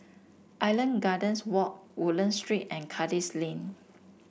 Island Gardens Walk Woodlands Street and Kandis Lane